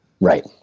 Right